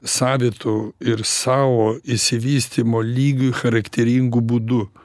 savitu ir savo išsivystymo lygiui charakteringu būdu